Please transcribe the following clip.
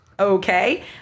Okay